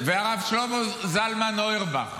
הרב שלמה זלמן אויערבך.